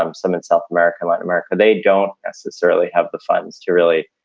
um some in south america, latin america, they don't necessarily have the funds to really